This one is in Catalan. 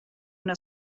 una